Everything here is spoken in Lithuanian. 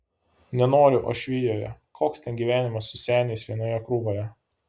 nenoriu uošvijoje koks ten gyvenimas su seniais vienoje krūvoje